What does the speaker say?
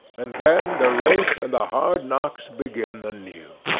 and then the race and the hard knocks begin anew.